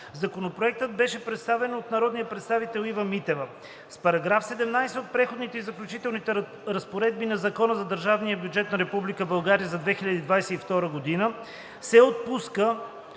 Законопроектът беше представен от народния представител Ива Митева. С § 17 от Преходните и заключителните разпоредби на Закона за държавния бюджет на Република България за 2022 г. се отпуска